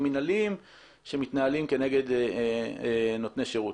מינהליים שמתנהלים כנגד נותני שירות.